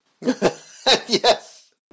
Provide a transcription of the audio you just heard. Yes